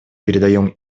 передаем